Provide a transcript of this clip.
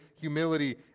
humility